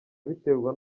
abiterwa